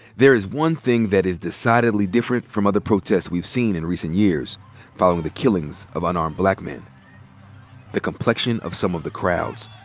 there is one thing that is decidedly different from other protests we've seen in recent years following the killings of unarmed black men the complexion of some of the crowds.